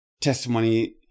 testimony